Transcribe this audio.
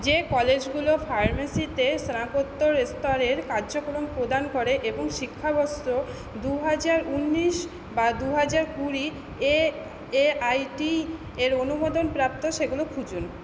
যে কলেজগুলো ফার্মেসিতে স্নাতকোত্তর স্তরের কার্যক্রম প্রদান করে এবং শিক্ষাবর্ষ দুহাজার উনিশ বা দুহাজার কুড়ি এ এআইটি এর অনুমোদনপ্রাপ্ত সেগুলো খুঁজুন